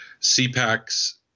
CPAC's